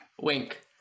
wink